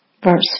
Verse